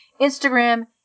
Instagram